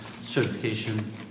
certification